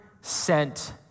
sent